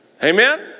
Amen